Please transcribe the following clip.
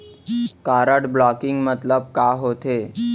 Card blocking मतलब का होथे?